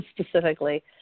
specifically